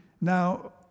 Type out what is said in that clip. now